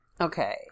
Okay